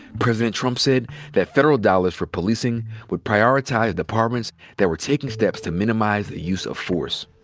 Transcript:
president trump said that federal dollars for policing would prioritize departments that were taking steps to minimize the use of force.